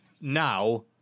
now